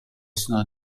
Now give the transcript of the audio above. sono